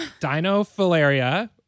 Dinofilaria